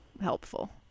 helpful